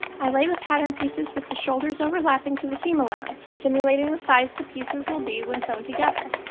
i lay the pattern pieces with the shoulders overlapping to the seam allowance, simulating the size the pieces will be when sewn together.